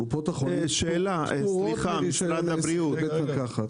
קופות החולים פטורות מרישיון עסק לבית מרקחת.